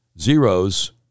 zeros